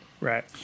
Right